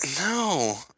No